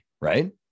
right